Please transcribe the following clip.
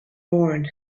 born